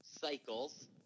Cycles